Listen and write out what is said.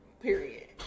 Period